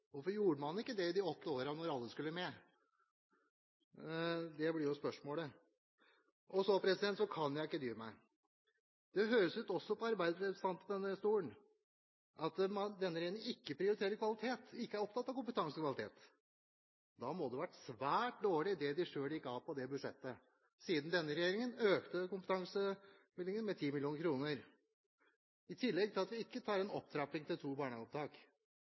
gjorde man ikke det i de åtte årene da alle skulle med? Det blir spørsmålet. Så kan jeg ikke dy meg: På arbeiderpartirepresentanten høres det også ut som om denne regjeringen ikke prioriterer kvalitet, ikke er opptatt av kompetanse og kvalitet. Da må det ha vært svært dårlig det budsjettet den forrige regjeringen gikk av på, for denne regjeringen økte kompetansebevilgningen med 10 mill. kr, i tillegg til at vi ikke tar en opptrapping til to